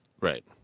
Right